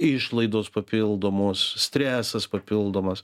išlaidos papildomos stresas papildomas